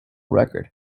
record